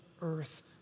earth